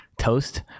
Toast